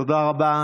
תודה רבה.